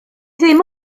ddim